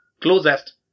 closest